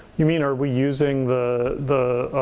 you mean are we using the the